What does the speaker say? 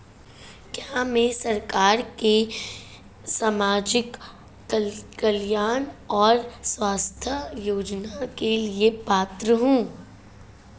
क्या मैं सरकार के सामाजिक कल्याण और स्वास्थ्य योजना के लिए पात्र हूं?